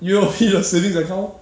U_O_B 的 savings account